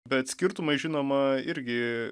bet skirtumai žinoma irgi